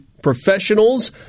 professionals